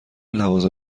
لوازم